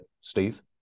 Steve